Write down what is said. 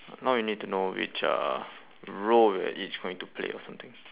now we need to know which uh role we are each going to play or something